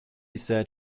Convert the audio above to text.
said